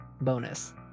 bonus